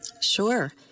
Sure